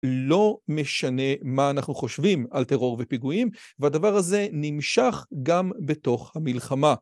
לא משנה מה אנחנו חושבים על טרור ופיגועים והדבר הזה נמשך גם בתוך המלחמה.